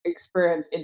experience